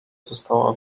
została